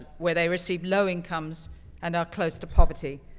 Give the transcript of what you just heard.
where they receive low incomes and are close to poverty,